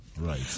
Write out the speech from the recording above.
Right